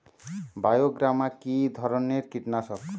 বায়োগ্রামা কিধরনের কীটনাশক?